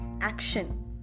action